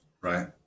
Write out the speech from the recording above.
Right